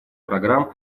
программ